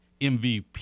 mvp